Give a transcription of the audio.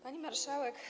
Pani Marszałek!